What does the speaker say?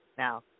Now